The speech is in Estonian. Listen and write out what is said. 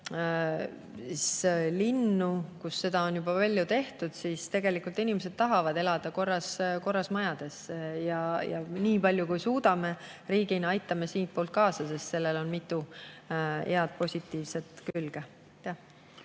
neid linnu, kus seda juba palju on tehtud, siis tegelikult inimesed tahavad elada korras majades. Nii palju, kui suudame, aitame riigina kaasa, sest sellel on mitu head, positiivset külge.